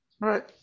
right